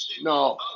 No